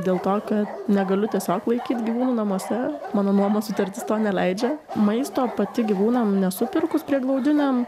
dėl to kad negaliu tiesiog laikyt gyvūnų namuose mano nuomos sutartis to neleidžia maisto pati gyvūnam nesu pirkus prieglaudiniam